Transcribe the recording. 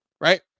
Right